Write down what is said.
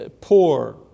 poor